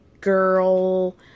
girl